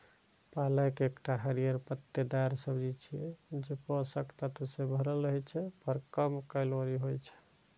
पालक एकटा हरियर पत्तेदार सब्जी छियै, जे पोषक तत्व सं भरल रहै छै, पर कम कैलोरी होइ छै